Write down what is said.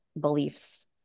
beliefs